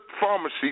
pharmacy